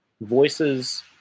voices